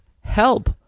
Help